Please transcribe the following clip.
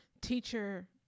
teacher